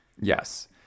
Yes